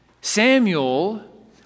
Samuel